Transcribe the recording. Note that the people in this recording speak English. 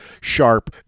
sharp